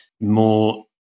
more